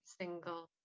single